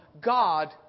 God